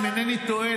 אם אינני טועה,